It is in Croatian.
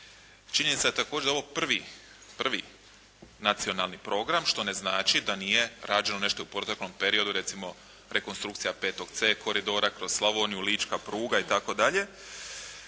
Činjenica je također da je ovo prvi nacionalni program što ne znači da nije rađeno nešto i u proteklom periodu recimo rekonstrukcija 5C koridora kroz Slavoniju, lička pruga itd.